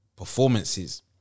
performances